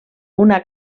una